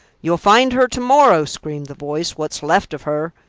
you'll find her to-morrow, screamed the voice, what's left of her.